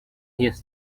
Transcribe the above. his